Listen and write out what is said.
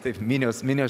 taip minios minios